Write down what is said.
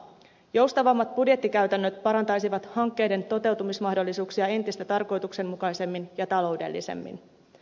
joustavammat budjettikäytännöt parantaisivat hankkeiden toteutumismahdollisuuksia entistä tarkoituksenmukaisemmin ja taloudellisemmin